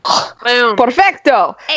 Perfecto